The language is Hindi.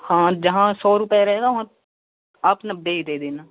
हाँ जहाँ सौ रुपये रहेगा वहाँ आप नब्बे ही दे देना